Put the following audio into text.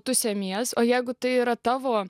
tu semiesi o jeigu tai yra tavo